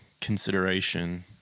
consideration